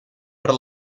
per